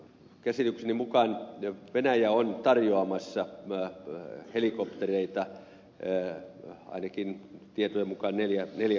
käsitykseni mukaan venäjä on tarjoamassa helikoptereita ainakin tietojen mukaan neljä kappaletta